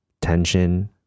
tension